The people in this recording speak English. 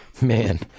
man